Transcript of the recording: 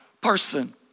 person